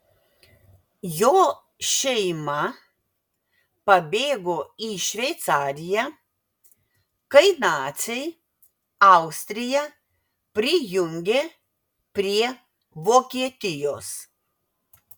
jo šeima pabėgo į šveicariją kai naciai austriją prijungė prie vokietijos